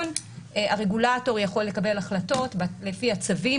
הרגולטור יכול לקבל החלטות לפי הצווים,